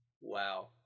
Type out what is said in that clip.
Wow